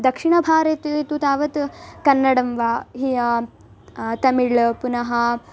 दक्षिणभारते तु तावत् कन्नडं व हि तमिळ् पुनः